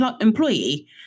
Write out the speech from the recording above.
employee